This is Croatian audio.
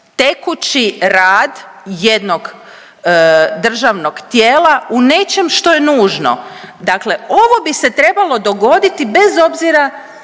tekući rad jednog državnog tijela u nečem što je nužno. Dakle ovo bi se trebalo dogoditi bez obzira